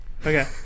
Okay